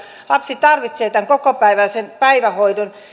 lapsi tarvitsee tämän kokopäiväisen päivähoidon